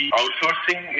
outsourcing